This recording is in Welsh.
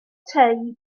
tei